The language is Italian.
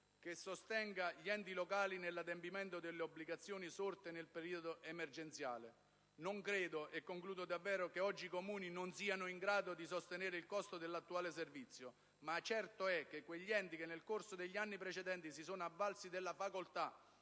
che sostenga gli enti locali nell'adempimento delle obbligazioni, sorte nel periodo emergenziale. Non credo - e concludo davvero - che oggi i Comuni non siano in grado di sostenere il costo dell'attuale servizio, ma è certo che quegli enti che nel corso degli anni precedenti si sono avvalsi della facoltà,